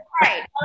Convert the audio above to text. Right